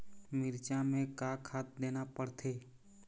मिरचा मे का खाद देना पड़थे?